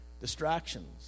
Distractions